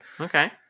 Okay